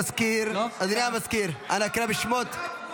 ההצעה להעביר לוועדה את הצעת חוק לימוד חובה (תיקון,